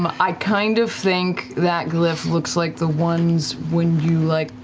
um i kind of think that glyph looks like the ones when you like,